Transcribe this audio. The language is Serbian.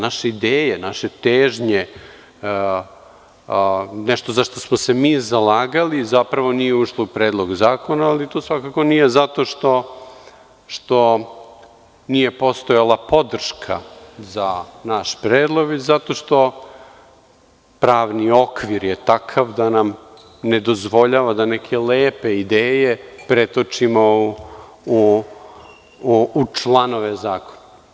Naše ideje i naše težnje, nešto za šta smo se mi zalagali zapravo nije ušlo u Predlog zakona, ali to svakako nije zato što nije postojala podrška za naš predlog, već zato što pravni okvir je takav da nam ne dozvoljava da neke lepe ideje pretočimo u članove zakona.